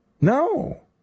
no